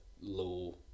low